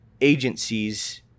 agencies